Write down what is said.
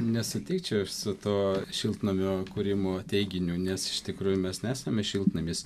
nesutikčiau aš su tuo šiltnamio kūrimo teiginiu nes iš tikrųjų mes nesame šiltnamis